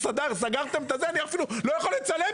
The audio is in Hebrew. סגרתם ואני לא יכול לצלם.